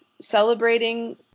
celebrating